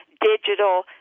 digital